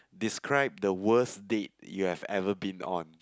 describe the worst date you have ever been on